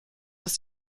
ist